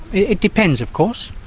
it depends, of course.